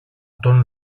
τον